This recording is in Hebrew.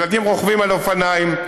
ילדים רוכבים על אופניים.